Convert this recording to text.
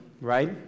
right